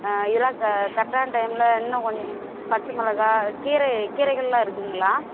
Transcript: ஆ இதெல்லாம் கரெக்டான டைமில் இன்னும் கொஞ்சம் பச்சை மிளகா கீரை கீரைகள்லாம் இருக்குதுங்களா